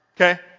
Okay